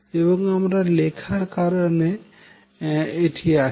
এবং আমরা লেখার কারনে এটি আসে